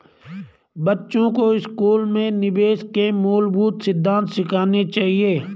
बच्चों को स्कूल में निवेश के मूलभूत सिद्धांत सिखाने चाहिए